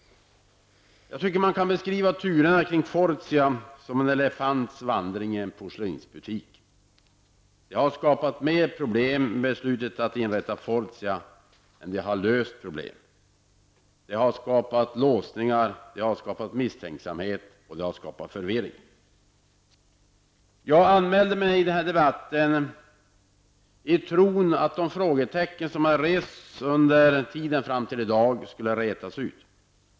Jag tycker att man kan beskriva turerna kring Fortia som en elefants vandring i en porslinsbutik. Vi har skapat mer problem med beslutet att inrätta Fortia än vi har löst problem. Det har skapats låsningar, misstänksamhet och förvirring. Jag anmälde mig till den här debatten i tron att de frågetecken som rests under tiden fram till i dag skulle ha rätats ut.